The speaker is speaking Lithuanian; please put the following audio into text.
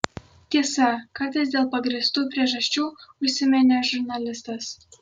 tiesa kartais dėl pagrįstų priežasčių užsiminė žurnalistas